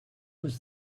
was